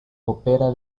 opera